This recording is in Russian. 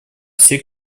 все